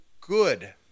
good